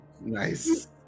Nice